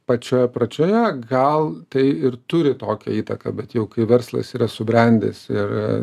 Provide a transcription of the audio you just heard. pačioje pradžioje gal tai ir turi tokią įtaką bet jau kai verslas yra subrendęs ir